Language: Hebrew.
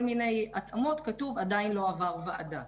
מיני התאמות כתוב 'עדיין לא עבר ועדה'.